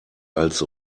als